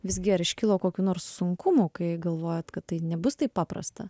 visgi ar iškilo kokių nors sunkumų kai galvojot kad tai nebus taip paprasta